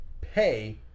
pay